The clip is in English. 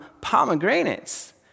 pomegranates